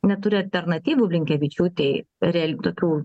neturi alternatyvų blinkevičiūtei realių tokių